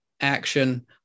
action